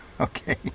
Okay